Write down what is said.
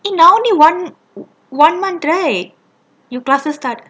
eh now you only one one month right your classes start